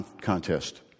Contest